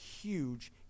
huge